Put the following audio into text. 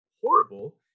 horrible